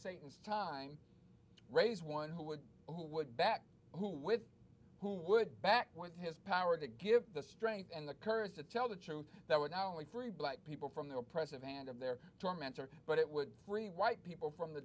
satan's time raise one who would who would back who with who would back with his power to give the strength and the courage to tell the truth that would not only free black people from their oppressive and of their tormentor but it would free white people from the